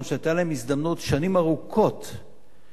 שהיתה להם הזדמנות שנים ארוכות לשכנע